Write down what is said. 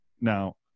Now